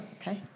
okay